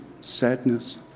Sadness